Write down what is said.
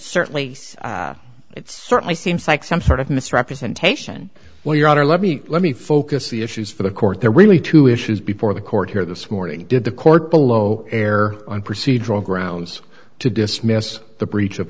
certainly it certainly seems like some sort of misrepresentation well your honor let me let me focus the issues for the court there are really two issues before the court here this morning did the court below err on procedural grounds to dismiss the breach of